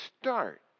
start